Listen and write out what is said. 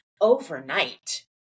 overnight